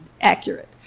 accurate